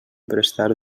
prestar